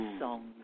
song